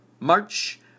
March